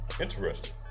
interesting